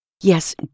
Yes